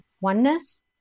oneness